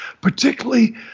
particularly